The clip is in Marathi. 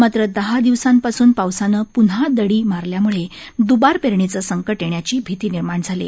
मात्र दहा दिवसांपासून पावसानं प्न्हा दडी मारल्यामुळे दुबार पेरणीचं संकट येण्याची भीती निर्माण झाली आहे